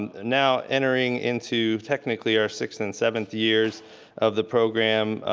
and now entering into technically are sixth and seventh years of the program,